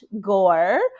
gore